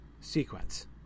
sequence